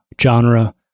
genre